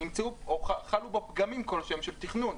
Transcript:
חלו פגמים כלשהם של תכנון.